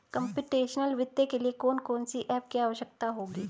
Computational वित्त के लिए कौन कौन सी एप की आवश्यकता होगी?